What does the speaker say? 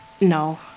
No